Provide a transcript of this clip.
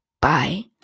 Bye